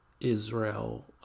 Israel